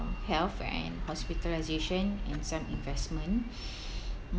health and hospitalization and some investment mm